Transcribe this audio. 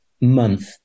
month